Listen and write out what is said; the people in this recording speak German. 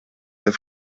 der